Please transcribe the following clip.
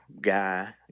guy